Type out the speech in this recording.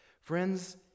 Friends